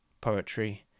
poetry